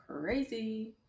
crazy